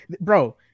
bro